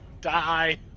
Die